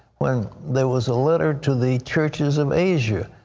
when there was a letter to the churches of asia.